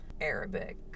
Arabic